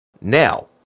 Now